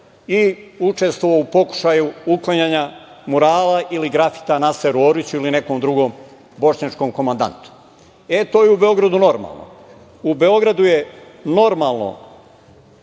i učestvovao u pokušaju uklanjanja murala ili grafita Naseru Oriću ili nekom drugom Bošnjakom komandantu. To je u Beogradu normalno. U Beogradu je normalno